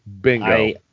Bingo